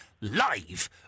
live